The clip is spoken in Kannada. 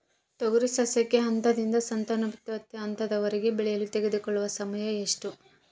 ತೊಗರಿ ಸಸ್ಯಕ ಹಂತದಿಂದ ಸಂತಾನೋತ್ಪತ್ತಿ ಹಂತದವರೆಗೆ ಬೆಳೆಯಲು ತೆಗೆದುಕೊಳ್ಳುವ ಸಮಯ ಎಷ್ಟು?